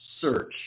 Search